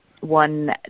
one